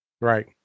right